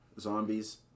zombies